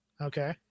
Okay